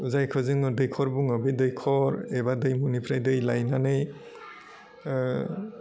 जायखौ जोङो दैखर बुङो बै दैखर एबा दैमुनिफ्राय दै लाइनानै ओह